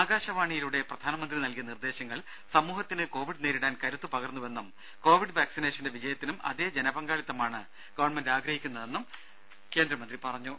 ആകാശവാണിയിലൂടെ പ്രധാനമന്ത്രി നൽകിയ നിർദ്ദേശങ്ങൾ സമൂഹത്തിന് കൊവിഡ് നേരിടാൻ കരുത്തുപകർന്നുവെന്നും കൊവിഡ് വാക്സിനേഷന്റെ വിജയത്തിനും അതേ ജനപങ്കാളിത്തമാണ് കേന്ദ്രഗവൺമെന്റ് ആഗ്രഹിക്കുന്നതെന്നും കേന്ദ്രമന്ത്രി പറഞ്ഞു